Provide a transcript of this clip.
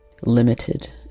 limited